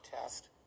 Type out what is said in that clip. test